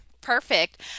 perfect